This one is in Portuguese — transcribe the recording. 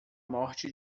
morte